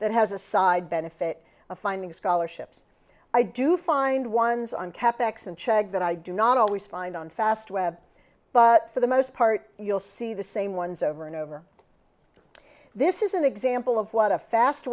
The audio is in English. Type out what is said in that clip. that has a side benefit of finding scholarships i do find ones on cap ex and check that i do not always find on fast web but for the most part you'll see the same ones over and over this is an example of what a fast